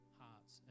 hearts